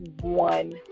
one